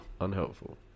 Unhelpful